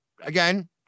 again